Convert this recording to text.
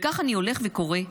וכך אני הולך וקורא,